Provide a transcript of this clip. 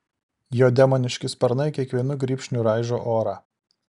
jo demoniški sparnai kiekvienu grybšniu raižo orą